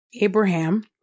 Abraham